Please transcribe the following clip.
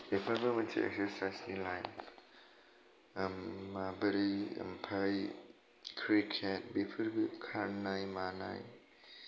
बेफोरबो मोनसे एक्सारसाइजनि लाइन ओम माबोरै ओमफ्राय क्रिकेट बेफोरबो खारनाय मानाय